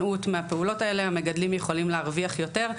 ההימנעות מהפעולות האלה המגדלים יכולים להרוויח יותר,